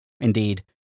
Indeed